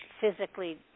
physically